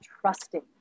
trusting